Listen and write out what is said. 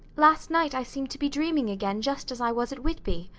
last night i seemed to be dreaming again just as i was at whitby.